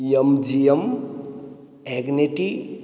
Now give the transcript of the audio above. M G M ॲग्नेटी